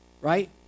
right